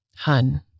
Hun